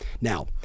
Now